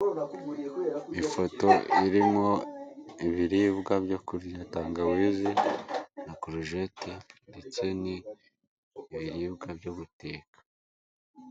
Uruganda rwa Muakamira ruzwiho gutunganya amata rufite n'ibindi binyobwa n'ibiribwa bikorwa mu mata, yaba ikivuguto cyangwa ibizwi nka yawurute bikunzwe n'abana batoya ubisanga mu maduka menshi, amaresitora cyangwa amalimantasiyo aho uba usanga bicuruzwa ku biciro bitandukanye bitewe naho wakiguriye.